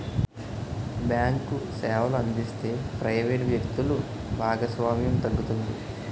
bank సేవలు అందిస్తే private వ్యక్తులు భాగస్వామ్యం తగ్గుతుంది